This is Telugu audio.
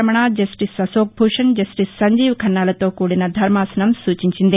రమణ జస్టిస్ అశోక్ భూషణ్ జస్టిస్ సంజీవ్ ఖన్నాలతో కూడిన ధర్మాసనం సూచించింది